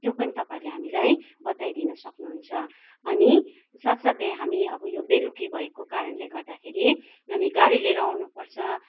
त्यो पनि तपाईँहरूले हामीलाई बताइदिनु सक्नुहुन्छ अनि साथ साथै हामी अब यो बेलुकी भएको कारणले गर्दाखेरि हामी गाडी लिएर आउनुपर्छ